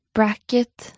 Bracket